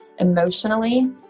emotionally